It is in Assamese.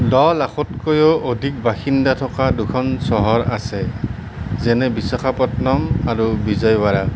দহ লাখতকৈও অধিক বাসিন্দা থকা দুখন চহৰ আছে যেনে বিশাখাপত্তনম আৰু বিজয়ৱাড়া